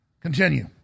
Continue